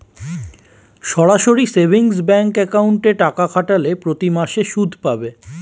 সরাসরি savings bank অ্যাকাউন্টে টাকা খাটালে প্রতিমাসে সুদ পাবে